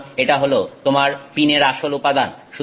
সুতরাং এটা হল তোমার পিনের আসল উপাদান